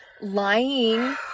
lying